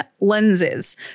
lenses